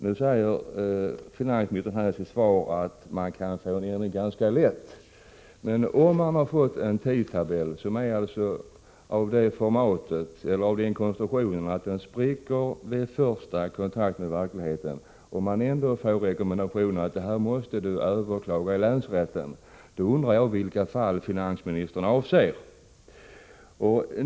Nu säger finansministern i sitt svar att man kan få ändring till stånd ganska lätt, men om man har fått sig förelagd en tidtabell som är så konstruerad att den spricker vid första kontakt med verkligheten och likväl får rekommendationen att överklaga taxeringsnämndens beslut i länsrätten, undrar jag vilka fall finansministern avser.